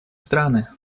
страны